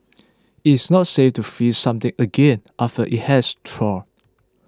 it is not safe to freeze something again after it has thawed